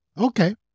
Okay